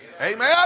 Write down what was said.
Amen